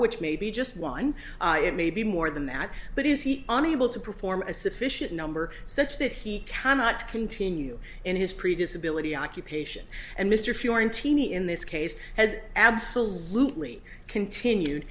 which may be just one it may be more than that but is he unable to perform a sufficient number such that he cannot continue in his previous ability occupation and mr fewer in teenie in this case has absolutely continued